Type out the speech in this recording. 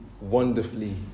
wonderfully